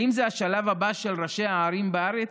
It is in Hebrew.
האם זה השלב הבא של ראשי הערים בארץ,